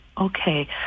Okay